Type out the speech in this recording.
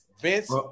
Vince